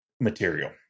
material